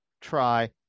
try